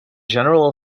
general